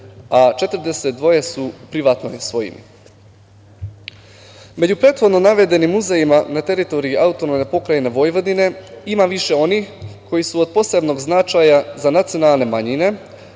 a 42 su u privatnoj svojini.Među prethodno navedenim muzejima na teritoriji AP Vojvodine ima više onih koji su od posebnog značaja za nacionalne manjine,